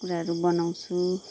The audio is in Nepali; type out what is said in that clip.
कुराहरू बनाउँछु